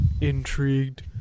Intrigued